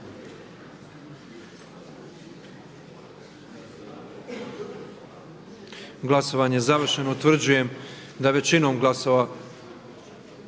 Glasovanje je završeno.